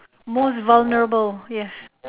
most vulnerable yes